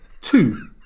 Two